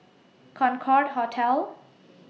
Concorde Hotel